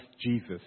Jesus